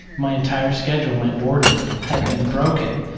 my entire schedule, my order had been broken.